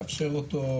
לאפשר אותו,